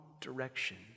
direction